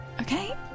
Okay